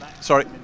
Sorry